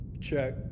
Check